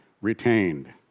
retained